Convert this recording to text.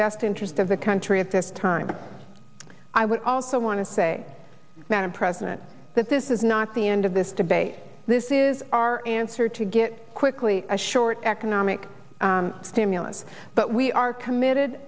best interest of the country at this time i would also want to say madam president that this is not the end of this debate this is our answer to get quickly a short economic stimulus but we are committed